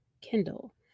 Kindle